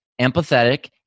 empathetic